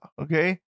Okay